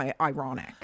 ironic